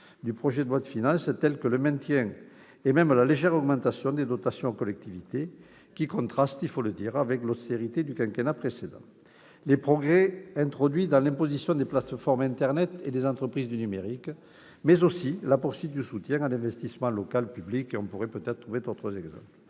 du projet de loi de finances, tels que le maintien et même la légère augmentation des dotations aux collectivités, qui contrastent avec l'austérité du quinquennat précédent, les progrès introduits dans l'imposition des plateformes internet et des entreprises du numérique, mais aussi la poursuite du soutien à l'investissement public local ... Sur le projet de loi